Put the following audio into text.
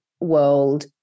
world